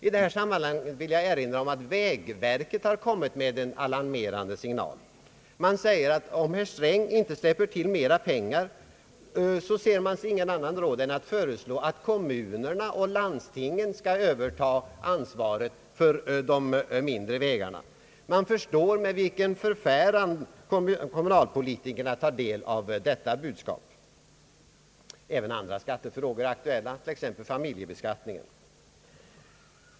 I det här sammanhanget vill jag erinra om att vägverket har kommit med en alarmerande signal. Man säger att om herr Sträng inte släpper till mera pengar, så ser man sig ingen annan råd än att föreslå att kommunerna och landstingen skall överta ansvaret för de mindre vägarna. Det är lätt att förstå med vilken förfäran kommunalpolitikerna tar del av detta budskap. Även andra skattefrågor är aktuella, t.ex. familjebeskattningen.